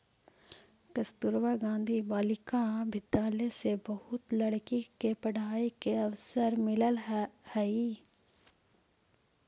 कस्तूरबा गांधी बालिका विद्यालय से बहुत लड़की के पढ़ाई के अवसर मिलऽ हई